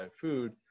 food